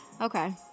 Okay